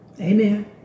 Amen